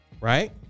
right